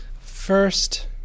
First